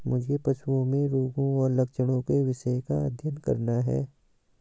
मुझे पशुओं में रोगों और लक्षणों के विषय का अध्ययन करना है